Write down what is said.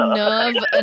nerve